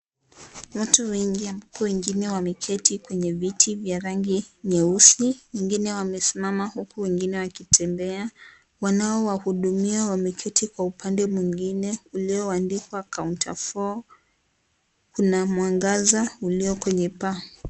Watu wengi ambapo wengine wameketi kwenye viti vya rangi nyeusi, wengine wamesimama huku wengine wakitembea, wanaowahudumia wameketi kwa upande mwingine ulioandikwa (cs)Counter four(cs) kuna mwangaza ulio kwenye paa.